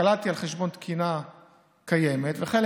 קלטתי חלק על חשבון תקינה קיימת ולחלק